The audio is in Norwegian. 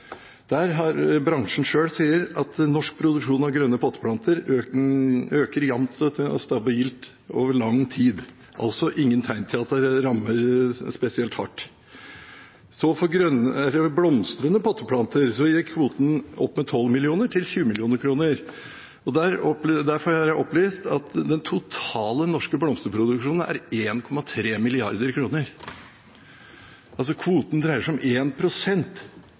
Bransjen selv sier at norsk produksjon av grønne potteplanter har økt jamt og stabilt over lang tid. Det er altså ingen tegn til at det rammer spesielt hardt. For blomstrende potteplanter gikk kvoten opp med 12 mill. kr til 20 mill. kr. Der får jeg opplyst at den totale norske blomsterproduksjonen er på 1,3 mrd. kr. Kvoten dreier seg altså om